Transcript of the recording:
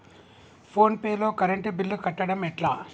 Phone pay లో current bill కట్టడం ఎట్లా?